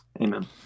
amen